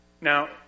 Now